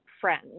friends